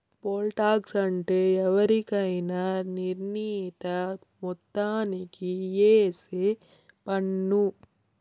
pole tax అంటే ఎవరికైనా నిర్ణీత మొత్తానికి ఏసే పన్ను